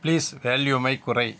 please வால்யூமைக் குறை